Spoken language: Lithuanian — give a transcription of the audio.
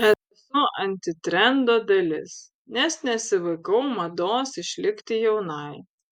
esu antitrendo dalis nes nesivaikau mados išlikti jaunai